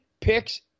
picks